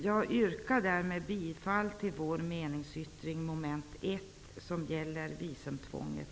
Jag yrkar därmed bifall till vår meningsyttring mom. 1